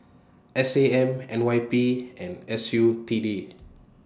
S A M N Y P and S U T D